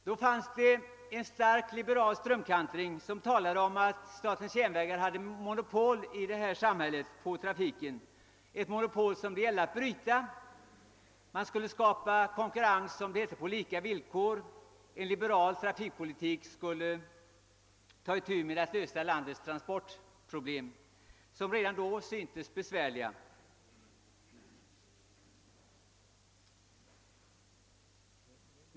Då fanns det en stark liberal strömning enligt vilken statens järnvägar hade monopol på trafiken, ett monopol som det gällde att bryta. Man skulle, som det hette, skapa konkurrens på lika villkor, och en liberal trafikpolitik skulle lösa landets transportproblem, som redan då syntes besvärliga.